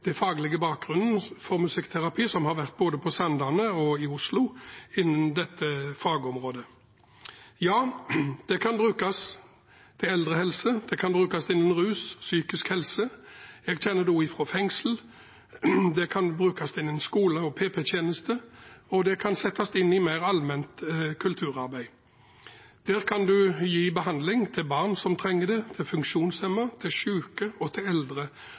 den faglige bakgrunnen for musikkterapi innen dette fagområdet, både på Sandane og i Oslo. Det kan brukes til eldrehelse. Det kan brukes innen rus og psykisk helse. Jeg kjenner også til det fra fengsler. Det kan brukes innen skole og PP-tjeneste, og det kan settes inn i mer allment kulturarbeid. Der kan en gi behandling til barn som trenger det, til funksjonshemmede, til syke og til eldre.